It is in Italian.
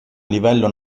livello